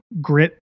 grit